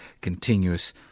continuous